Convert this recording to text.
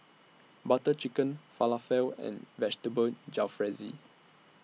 Butter Chicken Falafel and Vegetable Jalfrezi